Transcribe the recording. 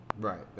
Right